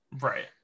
right